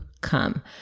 come